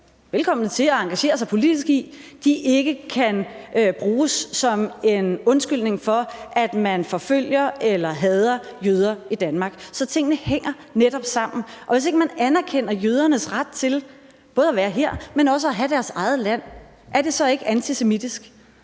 velkommen til at engagere sig politisk i, ikke kan bruges som en undskyldning for, at man forfølger eller hader jøder i Danmark. Så tingene hænger netop sammen. Hvis ikke man anerkender jødernes ret til både at være her, men også at have deres eget land, er det så ikke antisemitisk?